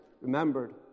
remembered